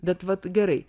bet vat gerai